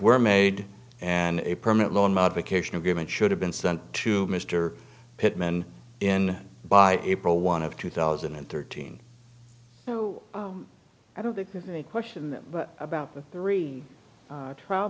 were made and a permanent loan modification of given should have been sent to mr pittman in by april one of two thousand and thirteen so i don't think there's any question about the three trial